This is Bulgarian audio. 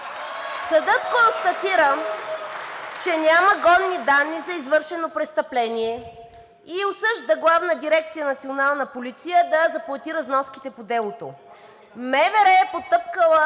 Съдът констатира, че няма годни данни за извършено престъпление и осъжда Главна дирекция „Национална полиция“ да заплати разноските по делото. Министерството на